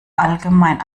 allgemein